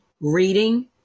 reading